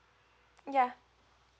yeah